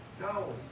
No